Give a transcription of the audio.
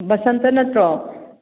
ꯕꯁꯟꯇ ꯅꯠꯇ꯭ꯔꯣ